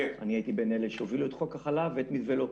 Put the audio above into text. והייתי בין אלה שהובילו את חוק החלב ואת מתווה לוקר.